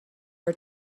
are